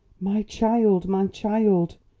my child, my child!